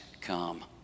come